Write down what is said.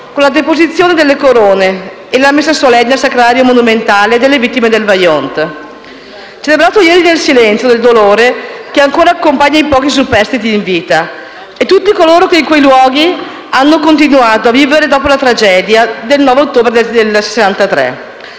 con la deposizione delle corone e la messa solenne al Sacrario monumentale delle vittime del Vajont. È stato celebrato ieri nel silenzio del dolore che ancora accompagna i pochi superstiti in vita e tutti coloro che in quei luoghi hanno continuato a vivere dopo la tragedia del 9 ottobre del 1963: